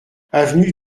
avenue